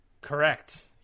correct